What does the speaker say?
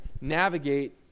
navigate